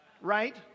right